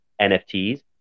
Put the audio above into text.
NFTs